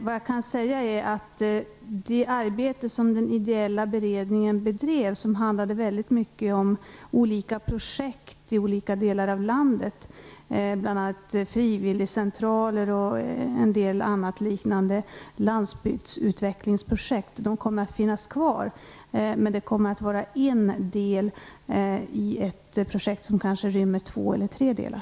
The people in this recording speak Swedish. Vad jag kan säga är att det arbete som den ideella beredningen bedrev och som i stor utsträckning handlade om projekt i olika delar av landet, bl.a. frivilligcentraler och landsbygdsutvecklingsprojekt, kommer att fortsätta men kommer att vara en del i ett projekt som kommer att rymma kanske två eller tre delar.